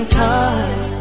time